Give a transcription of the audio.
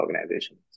organizations